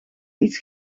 iets